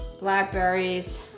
blackberries